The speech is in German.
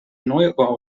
neubau